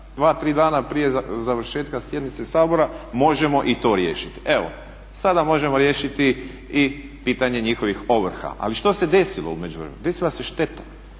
2, 3 dana prije završetka sjednice Sabora možemo i to riješiti. Evo sada možemo riješiti i pitanje njihovih ovrha. Ali što se desilo u međuvremenu? Desila se šteta.